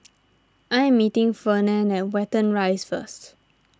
I am meeting Fernand at Watten Rise first